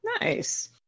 Nice